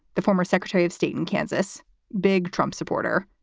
the former secretary of state and kansas big trump supporter,